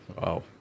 Wow